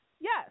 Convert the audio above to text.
Yes